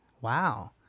Wow